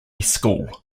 school